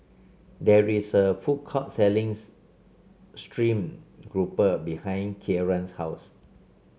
there is a food court selling's stream grouper behind Kieran's house